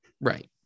Right